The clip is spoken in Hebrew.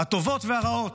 הטובות והרעות.